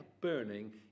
burning